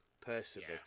personally